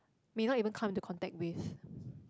may not even come into contact with